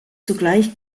zugleich